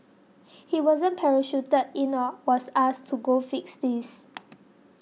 he wasn't parachuted in or was asked to go fix this